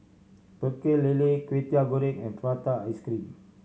Pecel Lele Kway Teow Goreng and prata ice cream